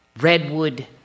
redwood